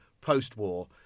post-war